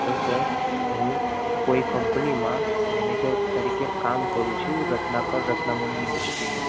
એ sir કોઇ કંપનીમાં manager તરીકે કામ કરું છું રત્નાકર રતનામણી ઇંદુસ્તરી